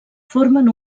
formen